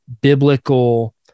biblical